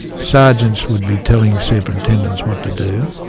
sergeants would be telling superintendents what to do,